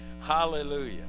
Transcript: Hallelujah